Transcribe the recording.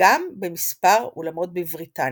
גם במספר אולמות בבריטניה.